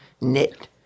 knit